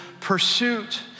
pursuit